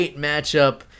matchup